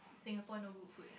Singapore no good food